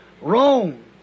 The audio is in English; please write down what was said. Rome